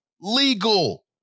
Legal